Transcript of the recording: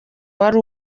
wari